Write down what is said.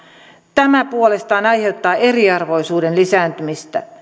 tämä puolestaan aiheuttaa eriarvoisuuden lisääntymistä